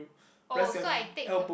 oh so I take